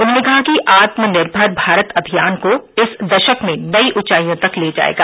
उन्होंने कहा कि आत्मनिर्भर भारत अभियान देश को इस दशक में नई ऊंचाइयों तक ले जाएगा